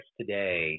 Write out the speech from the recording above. today